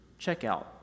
checkout